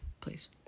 Please